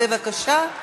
בבקשה.